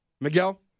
Miguel